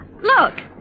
Look